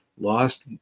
lost